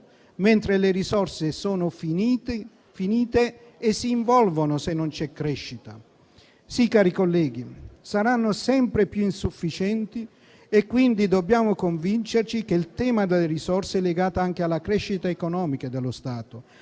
mentre le risorse sono finite e si involvono se non c'è crescita. Sì, cari colleghi, le risorse saranno sempre più insufficienti e quindi dobbiamo convincerci che il tema delle risorse è legato anche alla crescita economica dello Stato,